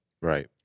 Right